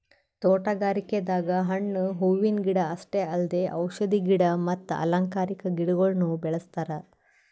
ತೋಟಗಾರಿಕೆದಾಗ್ ಹಣ್ಣ್ ಹೂವಿನ ಗಿಡ ಅಷ್ಟೇ ಅಲ್ದೆ ಔಷಧಿ ಗಿಡ ಮತ್ತ್ ಅಲಂಕಾರಿಕಾ ಗಿಡಗೊಳ್ನು ಬೆಳೆಸ್ತಾರ್